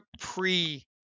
pre